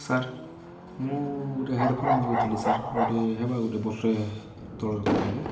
sir ମୁଁ ଗୋଟେ headphone ମଗାଇଥିଲି ସାର୍ ଗୋଟେ ହେବା ଗୋଟେ ବର୍ଷେ ତଳର କଥା ଏଇଟା